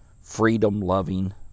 freedom-loving